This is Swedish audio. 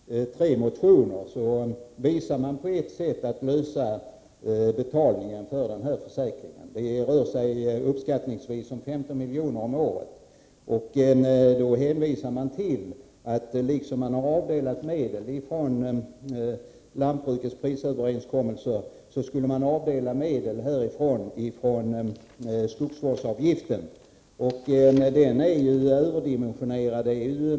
Herr talman! I samtliga tre motioner som det gäller anvisar man ett sätt att lösa betalningsproblemet för denna försäkring. Det rör sig uppskattningsvis 177 om 15 milj.kr. per år. Man hänvisar till möjligheten att, liksom medel har avdelats från lantbrukets prisöverenskommelse, medel skulle kunna avdelas från skogsvårdsavgiften. Den är ju överdimensionerad.